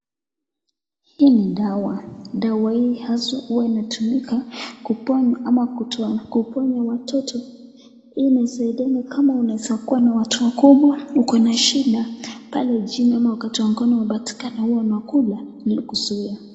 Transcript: Hii ni dawa, dawa hii haswa huwa inatumika kuponya ama kutoa kuponya watoto hii inasaidia kama inaweza kuwa ni watu wakubwa, uko na shida pale chini ama wakati wa ngono unapatikana huwa unakula ili kuzuia.